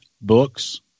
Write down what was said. books